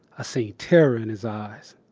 ah seen terror in his eyes.